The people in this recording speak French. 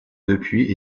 depuis